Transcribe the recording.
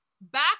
back